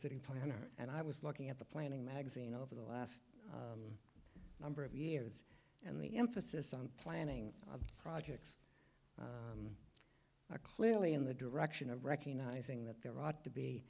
city planner and i was looking at the planning magazine over the last number of years and the emphasis on planning projects are clearly in the direction of recognizing that there ought to be